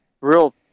real